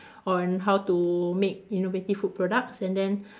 on how to make innovative food products and then